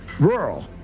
Rural